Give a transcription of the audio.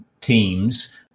teams